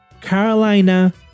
Carolina